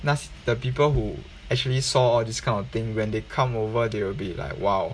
那 the people who actually saw this kind of thing when they come over they will be like !wow!